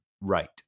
right